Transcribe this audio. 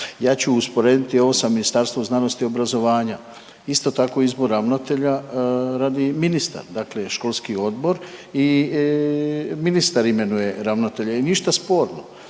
Ja ću usporediti ovo sa Ministarstvom znanosti i obrazovanja, isto tako, izbor ravnatelja radi ministara, dakle školski odbor i ministar imenuje ravnatelje i ništa sporno